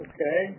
Okay